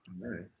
right